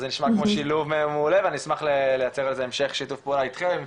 אז זה נשמע כמו שילוב מעולה ואני אשמח לייצר לזה שיתוף פעולה אתכם,